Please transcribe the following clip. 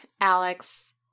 Alex